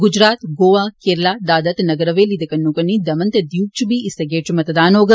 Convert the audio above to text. गुजरात गोवा केरला दादरा ते नगर हवेली दे कन्नोकन्नी दमन ते द्वीप च बी इस्सै गेड़ च मतदान होग